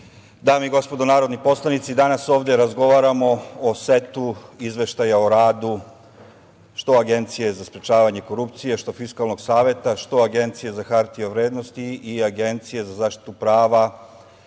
dame i gospodo narodni poslanici, danas ovde razgovaramo o setu izveštaja o radu, što Agencije za sprečavanje korupcije, što Fiskalnog saveta, što Agencije za hartije od vrednosti i Agencije za zaštitu prava